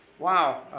wow.